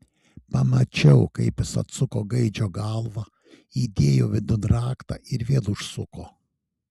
pamačiau kaip jis atsuko gaidžio galvą įdėjo vidun raktą ir vėl užsuko